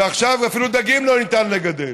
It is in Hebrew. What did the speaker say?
ועכשיו אפילו דגים לא ניתן לגדל.